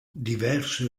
diverso